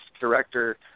director